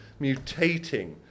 mutating